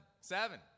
Seven